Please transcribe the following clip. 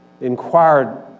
inquired